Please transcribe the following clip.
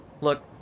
Look